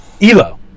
ELO